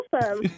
awesome